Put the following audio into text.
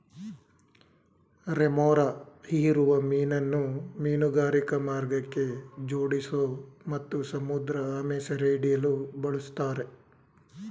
remora ಹೀರುವ ಮೀನನ್ನು ಮೀನುಗಾರಿಕಾ ಮಾರ್ಗಕ್ಕೆ ಜೋಡಿಸೋ ಮತ್ತು ಸಮುದ್ರಆಮೆ ಸೆರೆಹಿಡಿಯಲು ಬಳುಸ್ತಾರೆ